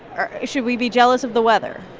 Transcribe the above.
um should we be jealous of the weather?